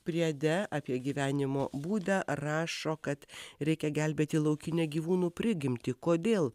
priede apie gyvenimo būdą rašo kad reikia gelbėti laukinę gyvūnų prigimtį kodėl